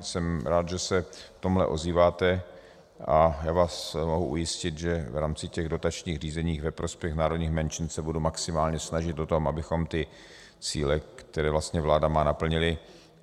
Jsem rád, že se v tomhle ozýváte, a já vás mohu ujistit, že v rámci dotačních řízení ve prospěch národních menšin se budu maximálně snažit o to, abychom ty cíle, které vláda má, naplnili